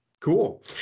Cool